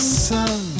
sun